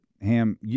Ham